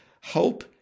hope